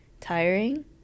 tiring